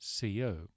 CO